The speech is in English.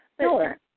Sure